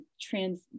trans